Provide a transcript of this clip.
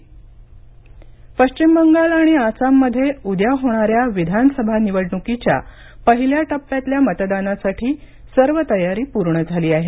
विधानसभा निवडणूक पश्चिम बंगाल आणि आसाममध्ये उद्या होणाऱ्या विधानसभा निवडणुकीच्या पहिल्या टप्प्यातल्या मतदानासाठी सर्व तयारी पूर्ण झाली आहे